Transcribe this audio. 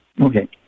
Okay